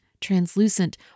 translucent